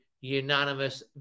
unanimous